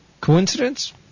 Coincidence